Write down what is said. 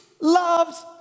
loves